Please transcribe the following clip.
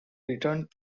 returned